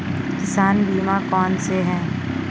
किसान बीमा कौनसे हैं?